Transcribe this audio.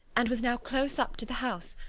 and was now close up to the house,